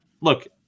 look